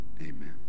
amen